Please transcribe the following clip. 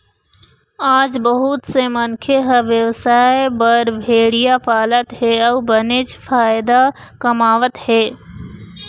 आज बहुत से मनखे ह बेवसाय बर भेड़िया पालत हे अउ बनेच फायदा कमावत हे